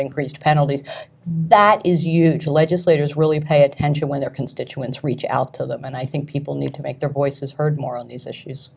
increased penalties that is huge legislators really pay attention when their constituents reach out to them and i think people need to make their voices heard more on these